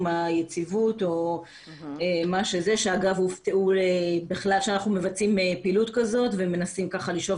היציבות שהופתעו שאנחנו מבצעים פעילות כזו ומנסים לשלוף